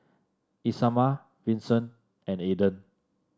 Isamar Vincent and Aidan